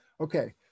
Okay